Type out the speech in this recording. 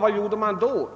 Vad gjorde man då?